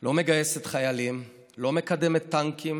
לא מגייסת חיילים, לא מקדמת טנקים,